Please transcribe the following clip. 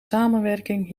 samenwerking